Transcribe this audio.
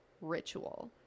ritual